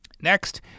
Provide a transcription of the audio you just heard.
next